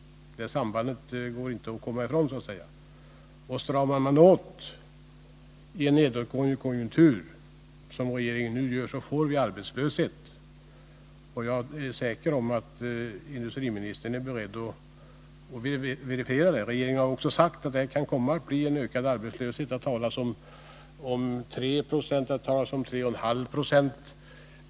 Det sambandet går så att säga inte att komma ifrån. Stramar man åt i en nedåtgående konjunktur — som regeringen gör nu — får man arbetslöshet. Jag är säker på att industriministern är beredd att verifiera det. Regeringen har också sagt att det kan komma att bli en ökad arbetslöshet — det har talats om 3 96 och om 3,5 Yo.